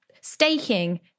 staking